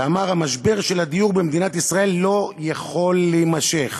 ואמר: משבר הדיור במדינת ישראל לא יכול להימשך.